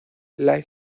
live